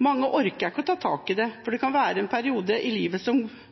Mange orker ikke å ta tak i det, for det kan være en periode i livet